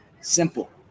simple